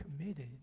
committed